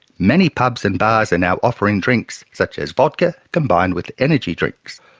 many pubs and bars are now offering drinks such as vodka combined with energy drinks.